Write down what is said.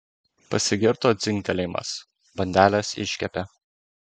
pasigirdo dzingtelėjimas bandelės iškepė